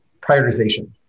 prioritization